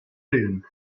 clune